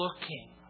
looking